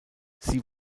sie